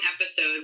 episode